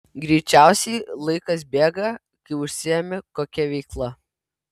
greičiausiai laikas bėga kai užsiimi kokia veikla